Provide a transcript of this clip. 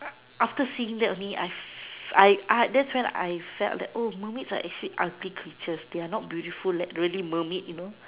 after seeing that only I that's when I felt that oh mermaids are actually ugly creatures they are not beautiful like really mermaid you know